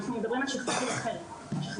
אנחנו מדברים על שכבת גיל אחרת מ-17-15.